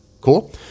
cool